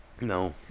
No